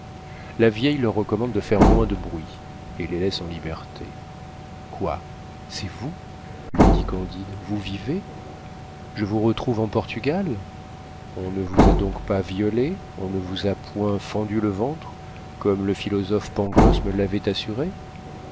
la vieille leur recommande de faire moins de bruit et les laisse en liberté quoi c'est vous lui dit candide vous vivez je vous retrouve en portugal on ne vous a donc pas violée on ne vous a point fendu le ventre comme le philosophe pangloss me l'avait assuré